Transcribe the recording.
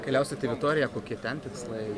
keliausit į vitoriją kokie ten tikslai